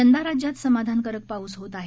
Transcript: यंदा राज्यात समाधानकारक पाऊस होत आहे